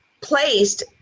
placed